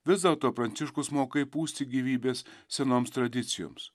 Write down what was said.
vis dėlto pranciškus moka įpūsti gyvybės senoms tradicijoms